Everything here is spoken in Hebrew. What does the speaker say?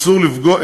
איסור לפגוע,